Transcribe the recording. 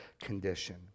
condition